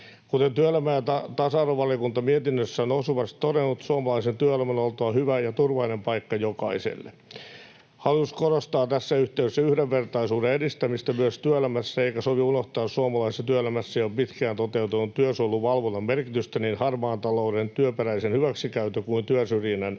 Kuten työelämä- ja tasa-arvovaliokunta mietinnössään on osuvasti todennut, suomalaisen työelämän on oltava hyvä ja turvallinen paikka jokaiselle. Hallitus korostaa tässä yhteydessä yhdenvertaisuuden edistämistä myös työelämässä, eikä sovi unohtaa suomalaisessa työelämässä jo pitkään toteutetun työsuojeluvalvonnan merkitystä niin harmaan talouden, työperäisen hyväksikäytön kuin työsyrjinnän